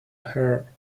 her